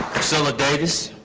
so ah davis